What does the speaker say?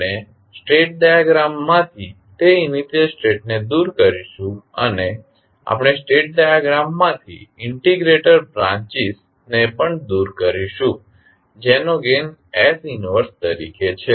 આપણે સ્ટેટ ડાયાગ્રામમાંથી તે ઇનિશિયલ સ્ટેટને દૂર કરીશું આપણે સ્ટેટ ડાયાગ્રામમાંથી ઇન્ટિગ્રેટર બ્રાંચીસ ને પણ દૂર કરીશું જેનો ગેઇન s 1 તરીકે છે